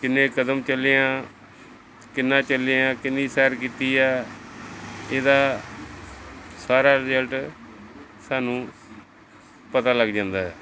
ਕਿੰਨੇ ਕਦਮ ਚੱਲੇ ਹਾਂ ਕਿੰਨਾ ਚੱਲੇ ਹਾਂ ਕਿੰਨੀ ਸੈਰ ਕੀਤੀ ਹੈ ਇਹਦਾ ਸਾਰਾ ਰਿਜ਼ਲਟ ਸਾਨੂੰ ਪਤਾ ਲੱਗ ਜਾਂਦਾ ਹੈ